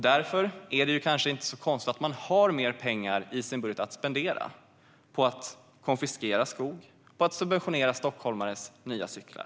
Därför är det kanske inte så konstigt att man har mer pengar i sin budget att spendera på att konfiskera skog och subventionera stockholmares nya cyklar.